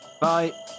Bye